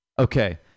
Okay